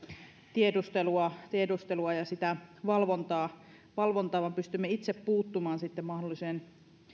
tiedustelua tiedustelua ja sitä valvontaa valvontaa vaan pystymme itse puuttumaan sitten mahdolliseen